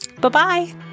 Bye-bye